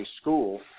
school